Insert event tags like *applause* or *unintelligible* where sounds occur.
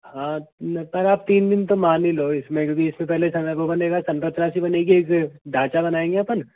हाँ पर आप तीन दिन तो मान ही लो इसमें क्योंकि इससे पहले चढ़ने का वो बनेगा *unintelligible* ढाँचा बनाएँगे अपन